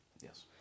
Yes